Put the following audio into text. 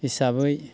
हिसाबै